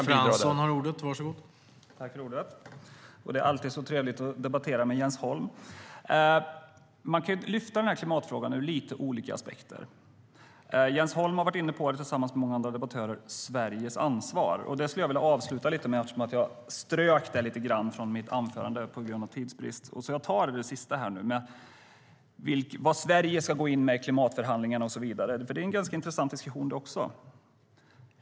Herr talman! Det är alltid så trevligt att debattera med Jens Holm. Man kan lyfta upp klimatfrågan ur lite olika aspekter. Jens Holm och många andra debattörer har tagit upp frågan om Sveriges ansvar. Jag strök lite grann från mitt anförande på grund av tidsbrist, och därför tänkte jag avsluta med att säga något om vad Sverige ska gå in med i klimatförhandlingarna. Det är en intressant diskussion.